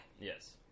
Yes